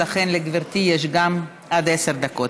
ולכן לגברתי יש גם עד עשר דקות,